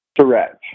Correct